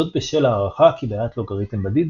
זאת בשל ההערכה כי בעיית לוגריתם בדיד